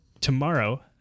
Tomorrow